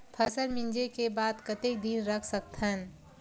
फसल मिंजे के बाद कतेक दिन रख सकथन?